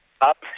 up